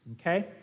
okay